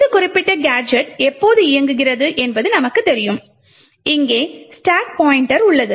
இந்த குறிப்பிட்ட கேஜெட் எப்போது இயங்குகிறது என்பது நமக்குத் தெரியும் இங்கே ஸ்டாக் பாய்ண்ட்டர் உள்ளது